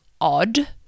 odd